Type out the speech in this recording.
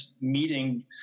meeting